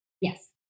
Yes